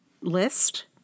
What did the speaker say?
list